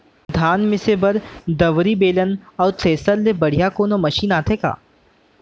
धान मिसे बर दंवरि, बेलन अऊ थ्रेसर ले बढ़िया कोनो मशीन आथे का?